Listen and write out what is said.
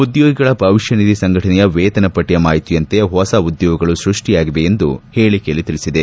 ಉದ್ಲೋಗಿಗಳ ಭವಿಷ್ಣನಿಧಿ ಸಂಘಟನೆಯ ವೇತನ ಪಟ್ಟಯ ಮಾಹಿತಿಯಂತೆ ಹೊಸ ಉದ್ಲೋಗಗಳು ಸ್ಪಷ್ಟಿಯಾಗಿವೆ ಎಂದು ಹೇಳಿಕೆಯಲ್ಲಿ ತಿಳಿಸಿದೆ